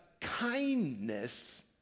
kindness